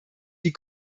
die